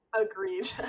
Agreed